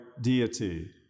deity